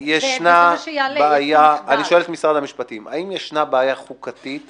אני שואל את משרד המשפטים האם ישנה בעיה חוקתית